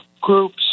groups